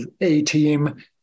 A-team